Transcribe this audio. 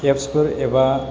एफसफोर एबा